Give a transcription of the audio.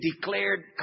declared